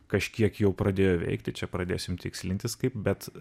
kažkiek jau pradėjo veikti čia pradėsim tikslintis kaip bet